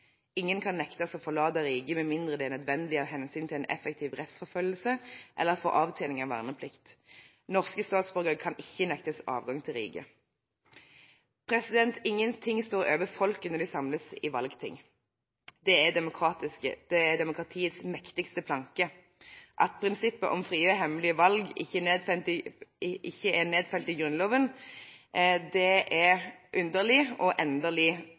Ingen kan nektes å forlate riket med mindre det er nødvendig av hensyn til en effektiv rettsforfølgelse eller for avtjening av verneplikt. Norske statsborgere kan ikke nektes adgang til riket.» Ingenting står over folket når de samles i valgting. Det er demokratiets mektigste planke. At prinsippet om frie og hemmelige valg ikke er nedfelt i Grunnloven, er underlig, og endelig